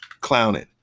Clowning